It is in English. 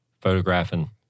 photographing